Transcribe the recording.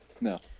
No